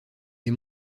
des